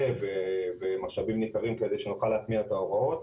שצריך משאבים ניכרים כדי שנוכל להטמיע את ההוראות.